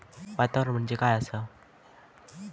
वातावरण म्हणजे काय आसा?